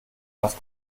was